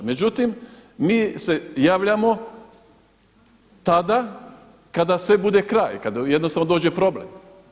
Međutim, mi se javljamo tada kada sve bude kraj, kada jednostavno dođe problem.